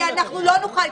כי אנחנו לא נוכל,